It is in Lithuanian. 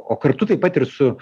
o kartu taip pat ir su